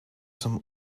some